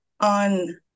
On